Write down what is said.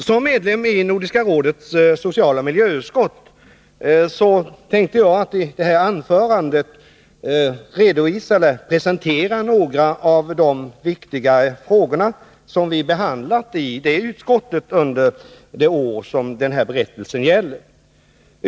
Som medlem i Nordiska rådets socialoch miljöutskott tänkte jag i detta anförande presentera några av de viktigare frågorna som vi behandlat i utskottet under de år den här berättelsen gäller.